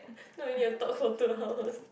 now we need to talk for two hours